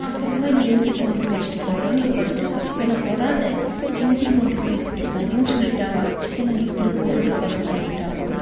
அப்புறமா இந்த இஞ்சி பூண்டு பேஸ்ட்டு போட்டுனு நீ ஃபஸ்ட்டு சிக்கனை போடாதே இஞ்சி பூண்டு பேஸ்ட்டு போடுன்னு சொல்லிவிட்டாங்க அதில் சிக்கனை நீ திரும்ப போட்டுட போறேன்னு சொல்லிவிட்டாங்க